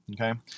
Okay